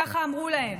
ככה אמרו להן.